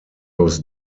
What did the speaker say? was